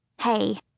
Hey